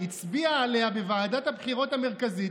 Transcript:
הצביעה עליה בוועדת הבחירות המרכזית,